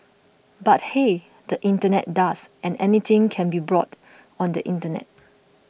but hey the internet does and anything can be brought on the internet